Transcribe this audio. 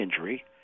injury